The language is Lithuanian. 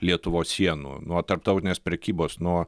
lietuvos sienų nuo tarptautinės prekybos nuo